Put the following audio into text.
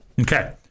Okay